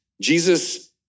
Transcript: Jesus